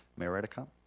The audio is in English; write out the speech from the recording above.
mayor redekop?